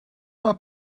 mae